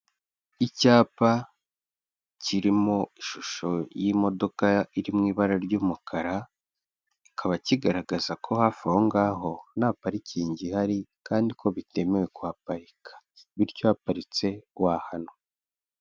Icyapa kirimo ishusho y'imodoka iri mu ibara ry'umukara, kikaba kigaragaza ko hafi aho ngaho nta parikingi ihari kandi ko bitemewe kuhaparika, bityo uhaparitse wahanwa.